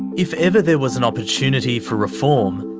if ever there was an opportunity for reform,